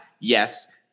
yes